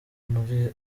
muri